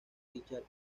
richard